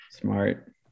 Smart